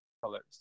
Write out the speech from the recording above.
Colors